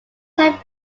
have